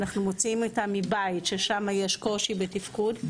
אנחנו מוציאים אותם מבית ששם יש קושי בתפקוד,